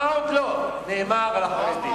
מה עוד לא נאמר על החרדים?